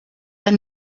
but